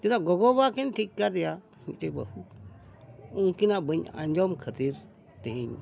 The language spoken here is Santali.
ᱪᱮᱫᱟᱜ ᱜᱚᱜᱚᱼᱵᱟᱵᱟᱠᱤᱱ ᱴᱷᱤᱠ ᱠᱟᱫᱮᱭᱟ ᱢᱤᱫᱴᱮᱡ ᱵᱟᱹᱦᱩ ᱩᱱᱠᱤᱱᱟᱜ ᱵᱟᱹᱧ ᱟᱸᱡᱚᱢ ᱠᱷᱟᱹᱛᱤᱨ ᱛᱮᱦᱮᱧ